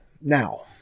Now